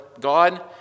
God